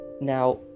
Now